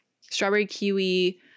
strawberry-kiwi